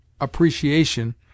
appreciation